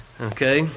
Okay